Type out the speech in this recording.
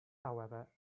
however